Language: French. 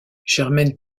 germaine